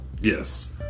Yes